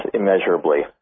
immeasurably